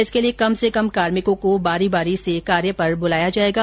इसके लिए कम से कम कार्मिकों को बारी बारी से कार्य पर बुलाया जाएगा